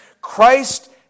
Christ